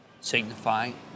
signifying